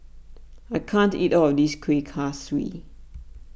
I can't eat all of this Kueh Kaswi